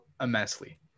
immensely